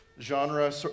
genre